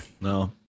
No